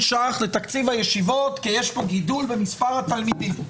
ש"ח לתקציב הישיבות כי יש פה גידול במספר התלמידים,